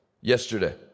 yesterday